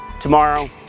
tomorrow